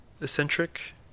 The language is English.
eccentric